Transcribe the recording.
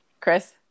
Chris